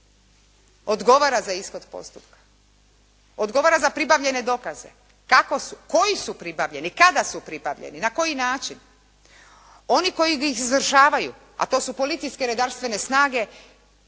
odgovara za ishod postupka, odgovara za pribavljene dokaze, kako su, koji su pribavljeni, kada su pribavljeni, na koji način, oni koji ih izvršavaju, a to su policijske redarstvene snage